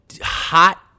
hot